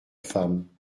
femme